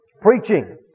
preaching